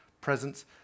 presence